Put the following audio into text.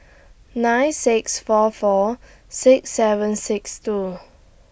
nine six four four six seven six two